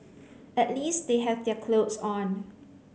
at least they have their clothes on